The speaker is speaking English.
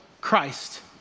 Christ